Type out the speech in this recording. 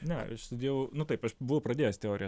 ne studijavau nu taip aš buvau pradėjęs teoriją